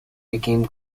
became